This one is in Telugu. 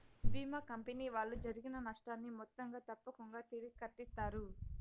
భీమా కంపెనీ వాళ్ళు జరిగిన నష్టాన్ని మొత్తంగా తప్పకుంగా తిరిగి కట్టిత్తారు